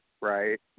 right